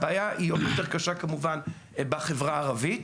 הבעיה היא עוד יותר קשה כמובן בחברה הערבית,